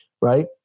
Right